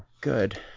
good